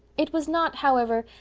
it was not, however,